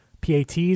pats